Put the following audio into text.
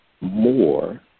more